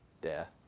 Death